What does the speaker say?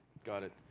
got it.